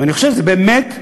אני חושב שזה באמת מיותר.